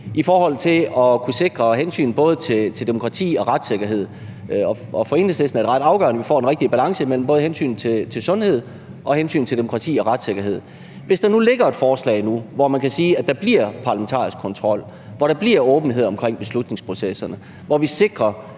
i forhold til at kunne sikre hensyn til både demokrati og retssikkerhed, og for Enhedslisten er det ret afgørende, at vi får den rigtige balance mellem både hensynet til sundhed og hensynet til demokrati og retssikkerhed. Hvis der ligger et forslag nu, hvor man kan sige, at der bliver parlamentarisk kontrol, og hvor der bliver åbenhed omkring beslutningsprocesserne, og hvor vi sikrer